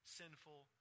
sinful